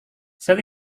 saya